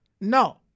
No